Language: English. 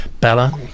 Bella